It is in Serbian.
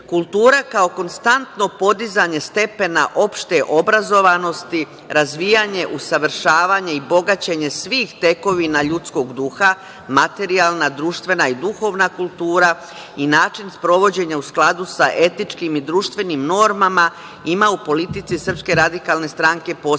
države. Kultura kao konstantno podizanje stepena opšte obrazovanosti, razvijanje, usavršavanje i bogaćenje svih tekovina ljudskog duha, materijalna, društvena i duhovna kultura i način sprovođenja u skladu sa etičkim i društvenim normama ima u politici SRS poseban značaj